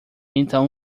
então